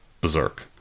berserk